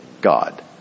god